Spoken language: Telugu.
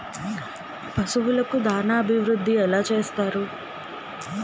పశువులకు దాన అభివృద్ధి ఎలా చేస్తారు?